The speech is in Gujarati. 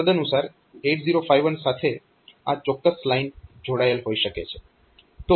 તદનુસાર 8051 સાથે આ ચોક્કસ લાઇન જોડાયેલ હોઈ શકે છે